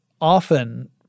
often